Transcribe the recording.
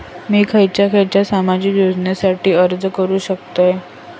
मी खयच्या खयच्या सामाजिक योजनेसाठी अर्ज करू शकतय?